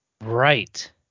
Right